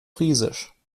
friesisch